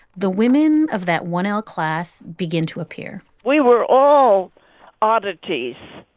the women of that one l class begin to appear we were all oddities.